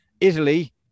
Italy